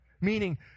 meaning